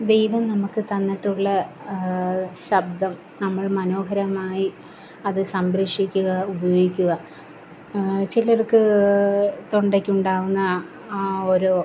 ദൈവം നമ്മൾക്ക് തന്നിട്ടുള്ള ശബ്ദം നമ്മൾ മനോഹരമായി അതു സംരക്ഷിക്കുക ഉപയോഗിക്കുക ചിലർക്ക് തൊണ്ടയ്ക്കുണ്ടാവുന്ന ആ ഒരു